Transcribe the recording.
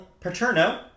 Paterno